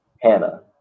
Hannah